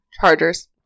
Chargers